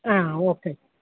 ആ ഓക്കെ